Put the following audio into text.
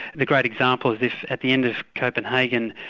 the great example of this at the end of copenhagen,